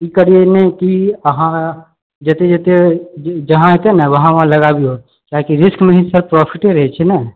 की करिऐ नहि की अहाँ जते जते जहाँ हेतए ने वहाँ वहाँ लगबिऔ किआकि रिस्क ही मे प्रोफ़िटे रहैत छै ने